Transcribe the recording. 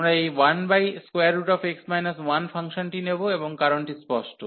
আমরা এই 1x 1 ফাংশনটি নেব এবং কারণটি স্পষ্ট